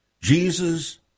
Jesus